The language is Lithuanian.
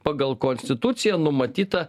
pagal konstituciją numatytą